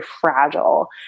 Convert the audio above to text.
fragile